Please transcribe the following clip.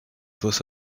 both